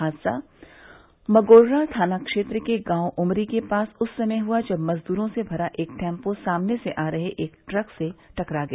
हादसा मगोर्रा थाना क्षेत्र के गांव उमरी के पास उस समय हुआ जब मजदूरों से भरा एक टैंपो सामने से आ रहे एक ट्रक से टकरा गया